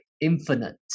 infinite